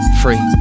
free